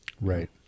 Right